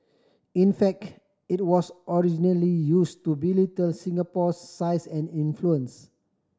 in fact it was originally use to belittle Singapore size and influence